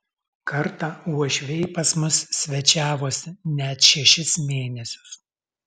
kartą uošviai pas mus svečiavosi net šešis mėnesius